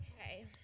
Okay